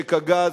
ממשק הגז,